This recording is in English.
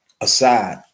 aside